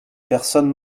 personne